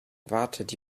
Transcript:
wartet